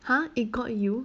!huh! it got you